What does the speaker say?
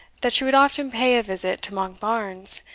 that she would often pay a visit to monkbarns,